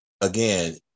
again